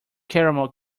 caramel